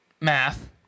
math